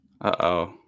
Uh-oh